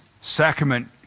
sacrament